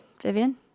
Vivian